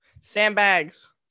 Sandbags